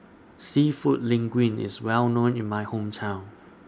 Seafood Linguine IS Well known in My Hometown